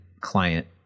client